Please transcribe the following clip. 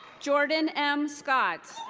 jordan m. scott.